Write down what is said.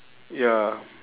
ya